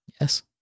Yes